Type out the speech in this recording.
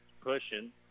Pushing